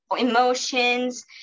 emotions